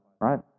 right